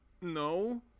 No